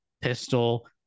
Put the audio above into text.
pistol